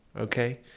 okay